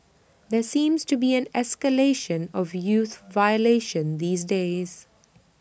there seems to be an escalation of youth violation these days